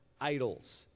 idols